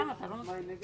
הצבעה אושר.